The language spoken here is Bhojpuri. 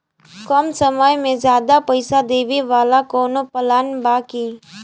कम समय में ज्यादा पइसा देवे वाला कवनो प्लान बा की?